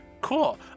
Cool